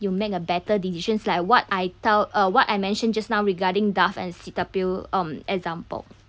you make a better decisions like what I tell uh what I mentioned just now regarding dove and cetaphil um example